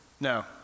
No